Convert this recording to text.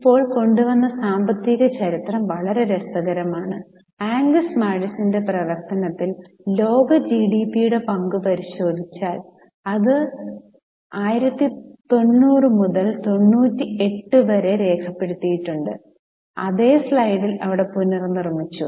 ഇപ്പോൾ കൊണ്ടുവന്ന സാമ്പത്തിക ചരിത്രം വളരെ രസകരമാണ് ആംഗസ് മാഡിസന്റെ പ്രവർത്തനത്തിൽ ലോക ജിഡിപിയുടെ പങ്ക് പരിശോധിച്ചാൽ അത് 00 മുതൽ 1998 വരെ രേഖപ്പെടുത്തിയിട്ടുണ്ട് അതേ സ്ലൈഡിൽ ഇവിടെ പുനർനിർമ്മിച്ചു